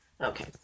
Okay